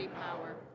power